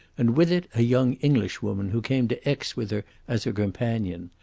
and with it a young englishwoman who came to aix with her as her companion.